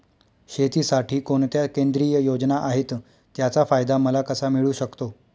शेतीसाठी कोणत्या केंद्रिय योजना आहेत, त्याचा फायदा मला कसा मिळू शकतो?